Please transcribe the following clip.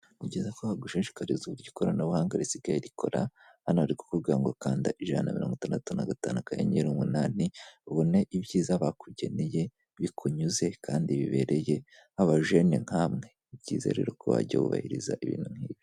Ni byiza ko bagushishikariza uburyo ikoranabuhanga risigaye rikora; hano bari kukubwira ngo kanda ijana na mirongo itandatu na gatanu; akanyenyeri umunani ubone ibyiza bakugeneye bikunyuze kandi bibereye abajene nkamwe; icyizere rero ko wajya wubahiriza ibintu nk'ibi.